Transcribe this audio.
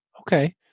Okay